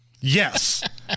Yes